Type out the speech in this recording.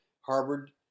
Harvard